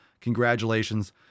Congratulations